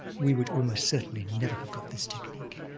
we would almost certainly never have got this technique.